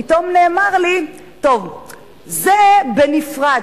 פתאום נאמר לי: זה בנפרד,